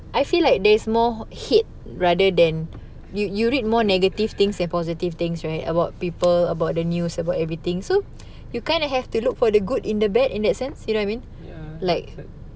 I feel like there's more hate rather than you you read more negative things than positive things right about people about the news about everything so you kind of have to look for the good in the bad in that sense you know what I mean like